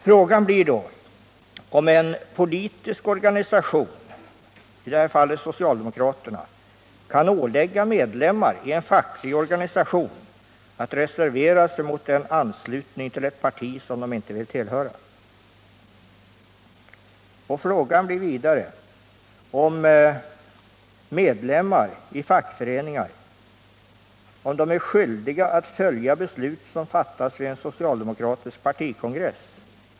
Frågan blir då om en politisk organisation — i det här fallet socialdemokraterna — kan ålägga medlemmar i en facklig organisation att reservera sig mot 131 en anslutning till ett parti som de inte vill tillhöra. Frågan blir vidare om medlemmar av fackföreningar är skyldiga att följa beslut som fattas vid en socialdemokratisk partikongress.